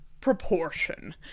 proportion